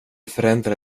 förändra